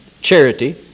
charity